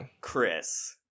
Chris